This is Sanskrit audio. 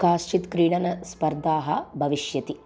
काश्चित् क्रीडनस्पर्धाः भविष्यन्ति